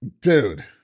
Dude